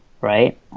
Right